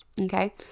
Okay